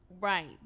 Right